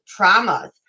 traumas